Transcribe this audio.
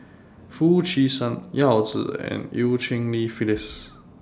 Foo Chee San Yao Zi and EU Cheng Li Phyllis